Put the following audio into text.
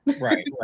Right